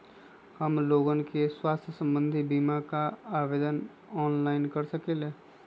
हमन लोगन के स्वास्थ्य संबंधित बिमा का आवेदन ऑनलाइन कर सकेला?